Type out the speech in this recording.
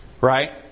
Right